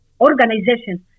organizations